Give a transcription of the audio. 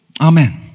Amen